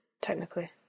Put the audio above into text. technically